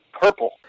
purple